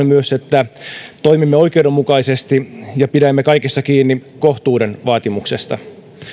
myös että toimimme oikeudenmukaisesti ja pidämme kaikessa kiinni kohtuuden vaatimuksesta